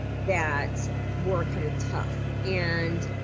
that were kind of tough and